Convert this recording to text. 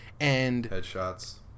Headshots